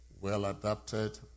well-adapted